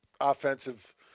offensive